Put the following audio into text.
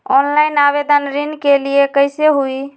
Online आवेदन ऋन के लिए कैसे हुई?